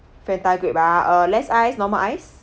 Fanta grape ah err less ice normal ice